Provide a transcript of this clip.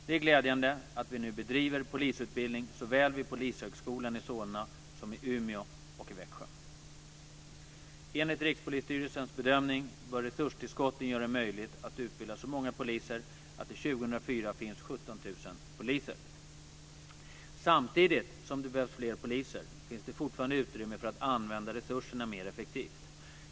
Det är glädjande att vi nu bedriver polisutbildning såväl vid Polishögskolan i Solna som i Umeå och Växjö. Enligt Rikspolisstyrelsens bedömning bör resurstillskotten göra det möjligt att utbilda så många poliser att det 2004 finns 17 000 poliser. Samtidigt som det behövs fler poliser finns det fortfarande utrymme för att använda resurserna mer effektivt.